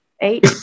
eight